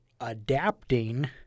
adapting